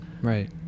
right